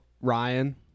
ryan